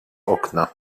okna